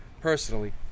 personally